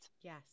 Yes